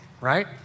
right